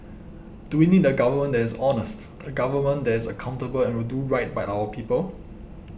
do we need a government that is honest a government that is accountable and will do right by our people